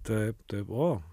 taip taip o